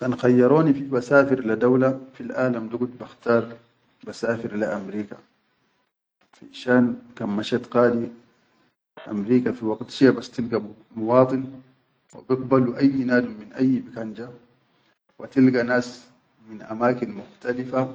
Kan khayyaroni fi basafi le dewla fil alam dugut bakhtaar basafir le amirika finshan kan mashet qadi amrika fi waqit shiya bas tilga muwadin wa biqbalu ayyi nadum min ayyi bikan ja, wa tilga nas min amrika mukhtalifa,